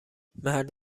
مرد